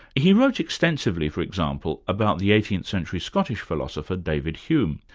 he wrote extensively, for example, about the eighteenth century scottish philosopher david hume,